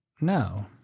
No